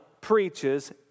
preaches